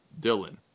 Dylan